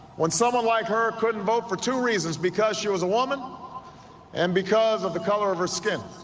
when someone like her could and vote for two reasons because she was a woman and because of the color of her skin